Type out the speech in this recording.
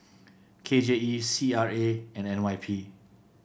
K J E C R A and N Y P